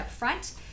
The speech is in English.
upfront